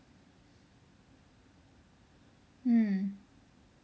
mm